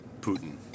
Putin